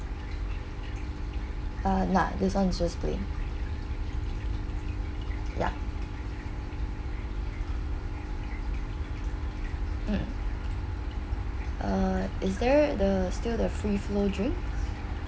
uh nah this [one] just plain ya mm err is there there is still the free flow drinks